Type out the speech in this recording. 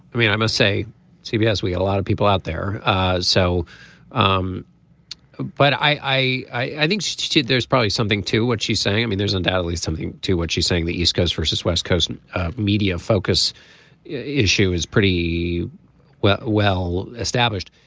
mean i must say tv has we a lot of people out there ah so um but i i think there's probably something to what she's saying. i mean there's undoubtedly something to what she's saying the east coast versus west coast media focus issue is pretty well well established.